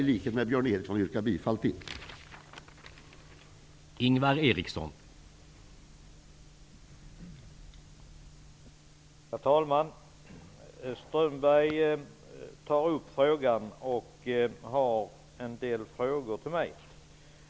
I likhet med Björn Ericson vill jag yrka bifall till den reservationen.